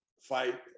fight